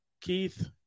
Keith